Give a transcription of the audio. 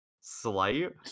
slight